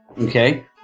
Okay